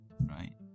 Right